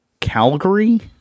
Calgary